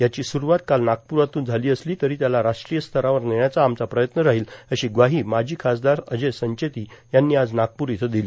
याची स्रूवात काल नागप्रातून झाली असली तरी त्याला राष्ट्रीय स्तरावर नेण्याचा आमाचा प्रयत्न राहील अशी ग्वाही माजी खासदार अजय संचेती यांनी नागप्र इथं दिली